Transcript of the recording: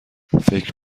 فکر